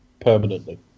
permanently